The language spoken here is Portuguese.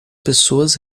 pessoas